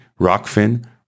Rockfin